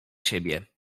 siebie